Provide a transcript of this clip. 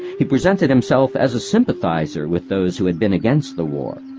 he presented himself as a sympathizer with those who had been against the war,